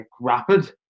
rapid